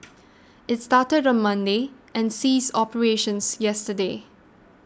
it started on Monday and ceased operations yesterday